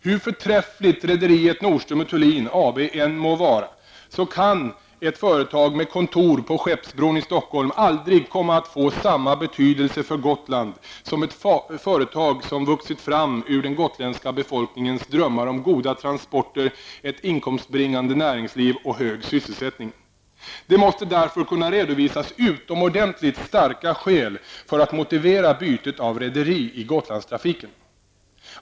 Hur förträffligt rederiet Nordström & Thulin AB än må vara kan ett företag med kontor på Skeppsbron i Stockholm aldrig komma att få samma betydelse för Gotland som ett företag som vuxit fram ur den gotländska befolkningens drömmar om goda transporter, ett inkomstbringande näringsliv och hög sysselsättning. Utomordentligt starka skäl måste därför kunna redovisas för att motivera bytet av rederi i Gotlandstrafiken.